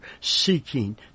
seeking